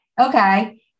Okay